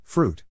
Fruit